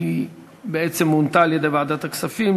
שבעצם מונתה על-ידי ועדת הכספים,